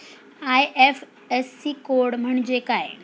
IFSC code म्हणजे काय?